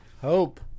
Hope